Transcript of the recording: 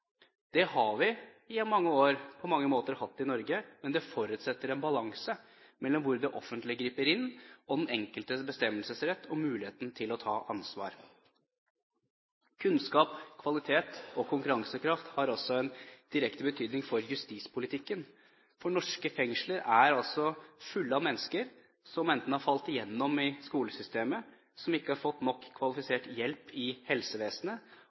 Det har vi gjennom mange år på mange måter hatt i Norge, men det forutsetter en balanse mellom hvor det offentlige griper inn, og den enkeltes bestemmelsesrett og mulighet til å ta ansvar. Kunnskap, kvalitet og konkurransekraft har også en direkte betydning for justispolitikken, for norske fengsler er fulle av mennesker som har falt igjennom i skolesystemet, som ikke har fått nok kvalifisert hjelp i helsevesenet,